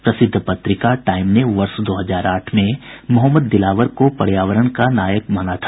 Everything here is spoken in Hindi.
प्रसिद्ध पत्रिका टाइम ने वर्ष दो हजार आठ में मोहम्मद दिलावर को पर्यावरण का नायक माना था